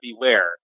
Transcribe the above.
beware